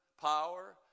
power